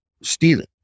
Stealing